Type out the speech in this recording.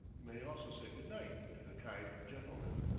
you may also say good night to the kind gentlemen.